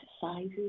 sizes